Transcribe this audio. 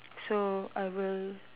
so I will